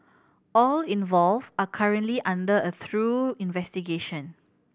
all involved are currently under a through investigation